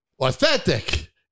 Authentic